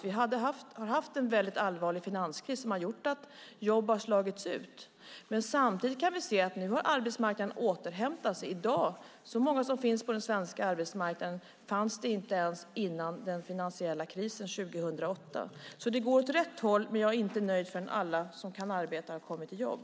Vi har haft en väldigt allvarlig finanskris som har gjort att jobb har slagits ut. Samtidigt kan vi se att arbetsmarknaden nu har återhämtat sig. Så många som det i dag finns på den svenska arbetsmarknaden fanns det inte ens innan den finansiella krisen 2008. Det går åt rätt håll. Men jag är inte nöjd förrän alla som kan arbeta har kommit i jobb.